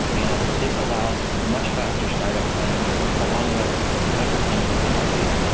and this allows much faster startup time along with some hyper plain technology.